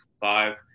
five